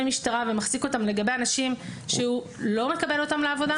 משטרה ומחזיק אותם לגבי אנשים שהוא לא מקבל אותם לעבודה.